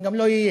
גם לא יהיה.